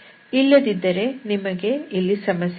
ಇಲ್ಲದಿದ್ದರೆ ನಿಮಗೆ ಇಲ್ಲಿ ಸಮಸ್ಯೆ ಇದೆ